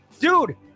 dude